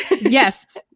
yes